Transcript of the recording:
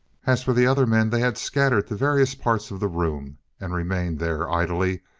as for the other men, they had scattered to various parts of the room and remained there, idly,